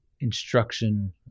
instruction